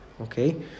Okay